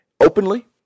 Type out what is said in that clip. openly